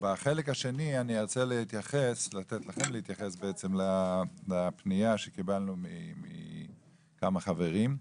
בחלק השני אני ארצה לתת לכם להתייחס לפנייה שקיבלנו מכמה חברים.